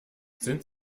sind